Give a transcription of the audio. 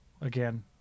again